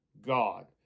God